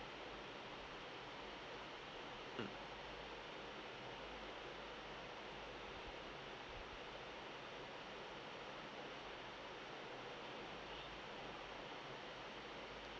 mm